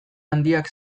handiak